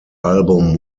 album